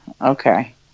Okay